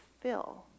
fill